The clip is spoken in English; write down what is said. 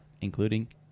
including